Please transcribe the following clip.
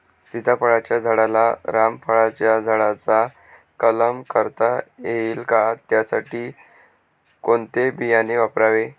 सीताफळाच्या झाडाला रामफळाच्या झाडाचा कलम करता येईल का, त्यासाठी कोणते बियाणे वापरावे?